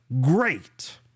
Great